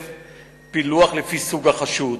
היושב-ראש,